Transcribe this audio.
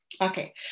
Okay